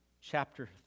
chapter